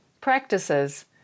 practices